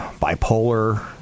bipolar